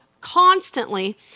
constantly